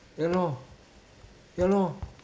ya lor ya lor